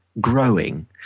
growing